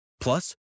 Plus